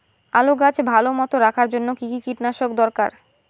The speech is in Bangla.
আলুর গাছ ভালো মতো রাখার জন্য কী কী কীটনাশক দরকার?